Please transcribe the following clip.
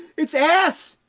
it's ass!